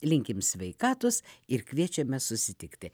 linkim sveikatos ir kviečiame susitikti